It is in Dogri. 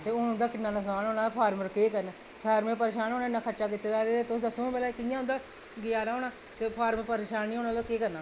ते हून इं'दा केह् नुकसान होना फॉर्मर केह् करन फॉर्मरें परेशान होना उ'नें इन्ना खर्चा कीते दा ते तुस दस्सो आं पैह्लें कि कि'यां उं'दा गुजारा होना ते फॉर्मर परेशान निं होना ते केह् करना